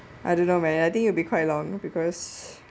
I don't know man I think it'll be quite long because